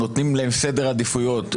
נותנים להם סדר עדיפויות,